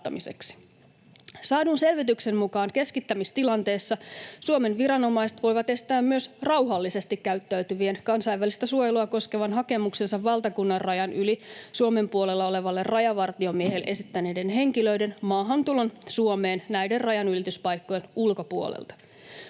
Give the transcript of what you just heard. Saadun selvityksen mukaan keskittämistilanteessa Suomen viranomaiset voivat estää myös rauhallisesti käyttäytyvien, kansainvälistä suojelua koskevan hakemuksensa valtakunnanrajan yli Suomen puolella olevalle rajavartiomiehelle esittäneiden henkilöiden maahantulon Suomeen näiden rajanylityspaikkojen ulkopuolelta.